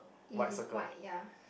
it is white ya